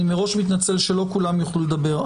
אני מראש מתנצל שלא כולם יוכלו לדבר,